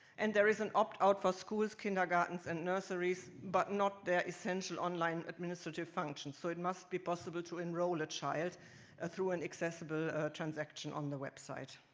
and there is an opt out for schools, kindergartens and nurseries, but not the essential online administrative functions. so it must be possible to enroll a child ah through an accessible transaction on the website.